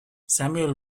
samuel